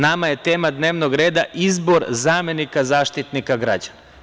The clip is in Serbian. Nama je tema dnevnog reda – Izbor zamenika Zaštitnika građana.